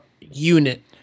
unit